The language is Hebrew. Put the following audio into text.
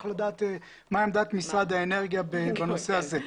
לדעת מה עמדת משרד האנרגיה בנושא הזה.